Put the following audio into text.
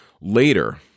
Later